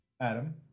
Adam